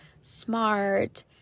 smart